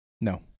No